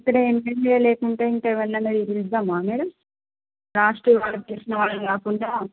ఇక్కడ annual day లేకుంటే ఇంకెవరినైనా పిలుద్దామా మేడం లాస్ట్ వాళ్ళని పిలిచిన వాళ్ళని కాకుండా